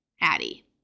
Addie